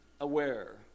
aware